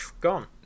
gone